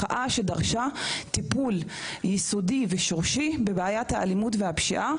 מחאה שדרשה טיפול יסודי ושורשי בבעיית האלימות והפשיעה,